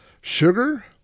sugar